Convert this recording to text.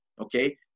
okay